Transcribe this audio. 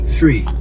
Three